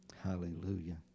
Hallelujah